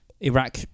Iraq